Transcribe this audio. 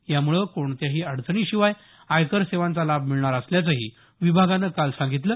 यामुळे कोणत्याही अडचणीशिवाय आयकर सेवांचा लाभ मिळणार असल्याचंही विभागानं काल सांगितलं